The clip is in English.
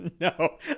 No